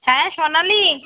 হ্যাঁ সোনালি